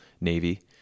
Navy